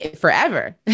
forever